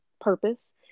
purpose